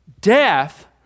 Death